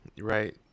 right